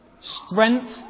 strength